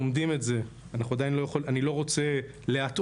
אנחנו עדיין לומדים את זה, אני לא רוצה להטעות